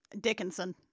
Dickinson